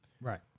Right